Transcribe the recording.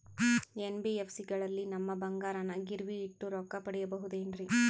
NBFC ಗಳಲ್ಲಿ ನಮ್ಮ ಬಂಗಾರನ ಗಿರಿವಿ ಇಟ್ಟು ರೊಕ್ಕ ಪಡೆಯಬಹುದೇನ್ರಿ?